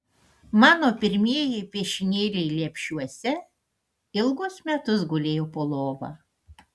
mano pirmieji piešinėliai lepšiuose ilgus metus gulėjo po lova